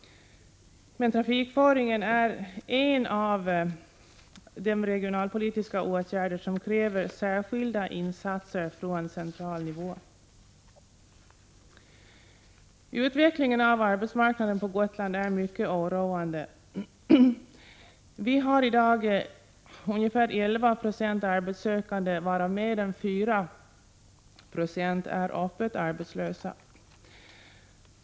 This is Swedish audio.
Men trafikföringen är en av de regionalpolitiska åtgärder som kräver särskilda insatser på central nivå. Utvecklingen av arbetsmarknaden på Gotland är mycket oroande. Vi har i dag ungefär 11 22 arbetssökande, varav mer än 4 9 är öppet arbetslösa.